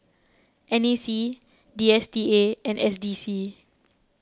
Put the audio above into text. N A C D S T A and S D C